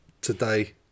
today